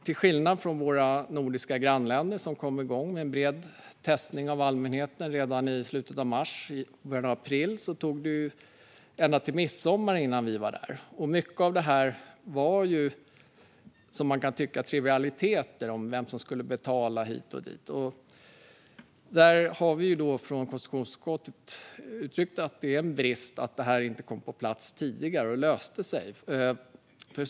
Till skillnad från våra nordiska grannländer, som kom igång med bred testning av allmänheten redan i slutet av mars och början av april, tog det ända till midsommar innan vi var där. Mycket av det handlade om trivialiteter, kan man tycka, som vem som skulle betala hit och dit. Här har vi från konstitutionsutskottet uttryckt att det är en brist att detta inte kom på plats och löste sig tidigare.